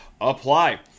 apply